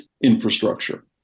infrastructure